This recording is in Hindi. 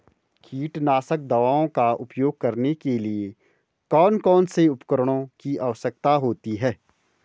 कीटनाशक दवाओं का उपयोग करने के लिए कौन कौन से उपकरणों की आवश्यकता होती है?